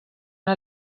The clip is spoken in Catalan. una